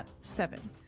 seven